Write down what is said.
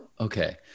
Okay